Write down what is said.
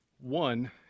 one